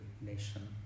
nation